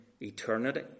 eternity